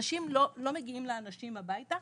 לא מגיעים לאנשים הביתה,